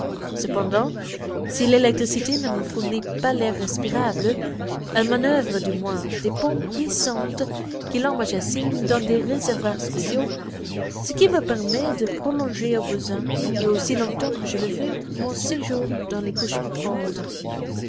cependant si l'électricité ne me fournit pas l'air respirable elle manoeuvre du moins des pompes puissantes qui l'emmagasinent dans des réservoirs spéciaux ce qui me permet de prolonger au besoin et aussi longtemps que je le veux mon séjour dans les couches profondes